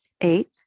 eight